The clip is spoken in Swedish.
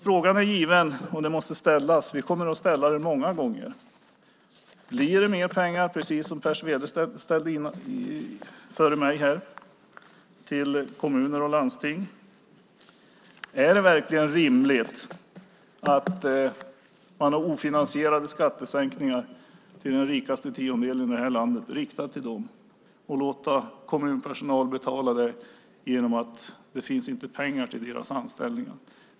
Frågorna är givna och måste ställas, och vi kommer att ställa dem många gånger: Blir det mer pengar, precis som Per Svedberg frågade före mig, till kommuner och landsting? Är det verkligen rimligt att man har ofinansierade skattesänkningar som är riktade till den rikaste tiondelen i det här landet och låter kommunpersonal betala dem genom att det inte finns pengar till deras anställningar?